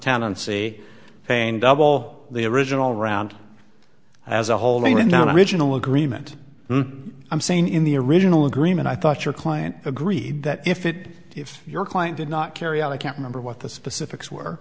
tenancy paying double the original round as a holding down a regional agreement i'm saying in the original agreement i thought your client agreed that if it if your client did not carry out i can't remember what the specifics were